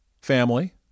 family